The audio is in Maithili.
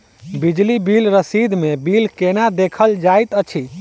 बिजली बिल रसीद मे बिल केना देखल जाइत अछि?